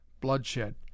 bloodshed